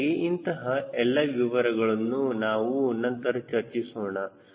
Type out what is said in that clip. ಹೀಗಾಗಿ ಇಂತಹ ಎಲ್ಲ ವಿವರಗಳನ್ನು ನಾವು ನಂತರ ಚರ್ಚಿಸೋಣ